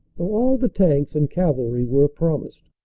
though all the tanks and cavalry were promised.